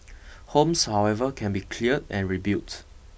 homes however can be cleared and rebuilt